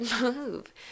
move